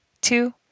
two